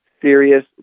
serious